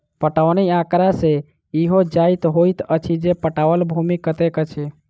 पटौनी आँकड़ा सॅ इहो ज्ञात होइत अछि जे पटाओल भूमि कतेक अछि